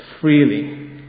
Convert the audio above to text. freely